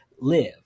live